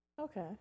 Okay